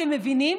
אתם מבינים?